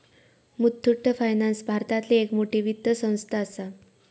Muthoot finance भारतातली एक मोठी वित्त संस्था आसा